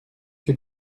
que